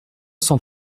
cent